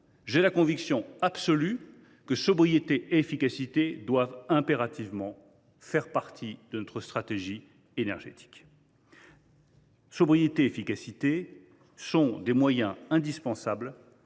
J’ai la conviction absolue que ces deux principes doivent impérativement faire partie de notre stratégie énergétique. Sobriété et efficacité sont des moyens indispensables